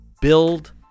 build